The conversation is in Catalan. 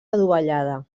adovellada